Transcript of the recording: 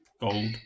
Gold